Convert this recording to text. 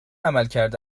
عملکرد